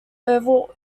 oval